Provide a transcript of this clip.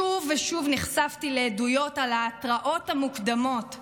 שוב ושוב נחשפתי לעדויות על ההתראות המוקדמות,